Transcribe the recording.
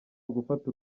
ugufata